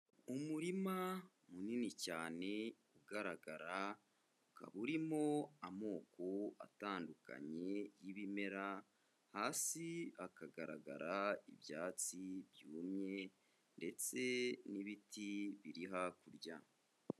Umurima munini cyane ugaragara, ukaba urimo amoko atandukanye y'ibimera, hasi hakagaragara ibyatsi byumye ndetse n'ibiti biri hakurya.